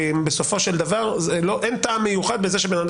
בסופו של דבר אין טעם מיוחד בזה שבן אדם